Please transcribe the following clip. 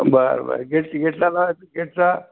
बरं बरं गेटची गेटाला गेटचा